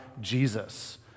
Jesus